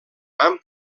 han